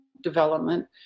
development